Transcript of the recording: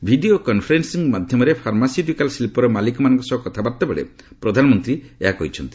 video conferencing ମାଧ୍ୟମରେ pharmaceutical ଶିଳ୍ପର ମାଲିକମାନଙ୍କ ସହ କଥାବାର୍ତ୍ତା ବେଳେ ପ୍ରଧାନମନ୍ତ୍ରୀ ଏହା କହିଛନ୍ତି